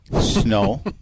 Snow